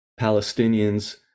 palestinians